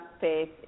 faith